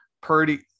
Purdy –